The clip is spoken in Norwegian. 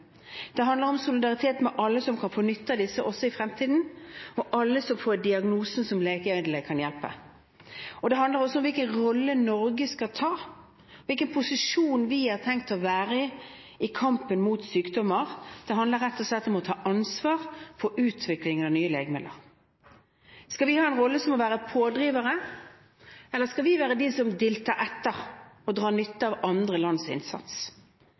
Det handler om solidaritet med alle som kan få nytte av disse også i fremtiden, og alle som får diagnose som legemidlene kan hjelpe. Det handler også om hvilken rolle Norge skal ta, hvilken posisjon vi har tenkt å være i i kampen mot sykdommer. Det handler rett og slett om å ta ansvar for utviklingen av nye legemidler. Skal vi ha en rolle som pådrivere, eller skal vi være de som dilter etter og drar nytte av andre lands innsats?